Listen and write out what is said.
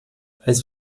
als